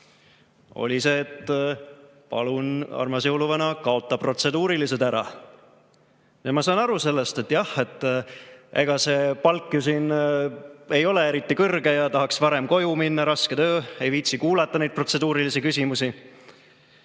Oli see: "Palun, armas jõuluvana, kaota protseduurilised ära." Ma saan aru sellest. Jah, ega see palk siin ei ole eriti suur ja tahaks varem koju minna, raske töö, ei viitsi kuulata neid protseduurilisi küsimusi.